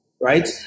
right